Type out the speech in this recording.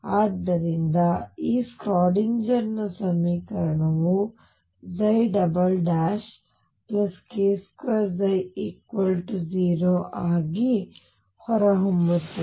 ಆದ್ದರಿಂದ ಈಗ ಸ್ಕ್ರಾಡಿನ್ಜರ್ನ ಸಮೀಕರಣವು k2ψ0 ಆಗಿ ಹೊರಹೊಮ್ಮುತ್ತದೆ